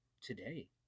today